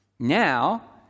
now